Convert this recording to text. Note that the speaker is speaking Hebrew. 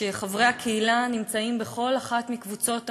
שחברי הקהילה נמצאים בכל אחת מקבוצות האוכלוסייה,